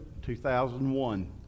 2001